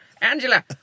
Angela